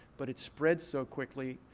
but it spreads so quickly.